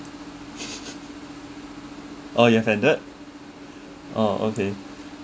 oh yes and that ah okay